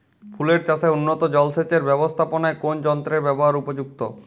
ফুলের চাষে উন্নত জলসেচ এর ব্যাবস্থাপনায় কোন যন্ত্রের ব্যবহার উপযুক্ত?